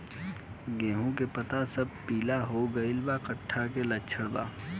गेहूं के पता सब पीला हो गइल बा कट्ठा के लक्षण बा?